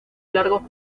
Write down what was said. largos